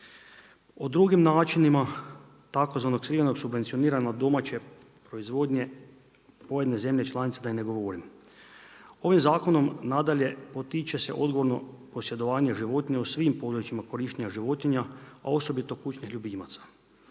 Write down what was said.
O drugim načinim tzv. skrivene subvencionirane domaće proizvodnje pojedine zemlje članice da i ne govorim. Ovim zakonom nadalje, potiče se odgovorno posjedovanje životinja u svim područjima korištenja životinja a osobito kućnih ljubimaca.